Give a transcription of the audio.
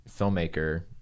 filmmaker